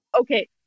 Okay